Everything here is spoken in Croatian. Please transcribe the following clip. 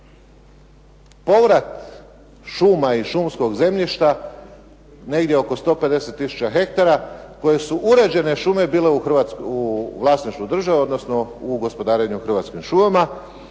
povrat šuma i šumskog zemljišta negdje oko 150 tisuća hektara koje su uređene bile u vlasništvu države, odnosno u gospodarenju hrvatskim šumama,